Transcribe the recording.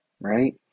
right